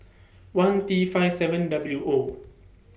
one T five seven W O